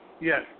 Yes